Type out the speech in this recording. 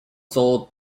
sold